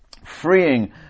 freeing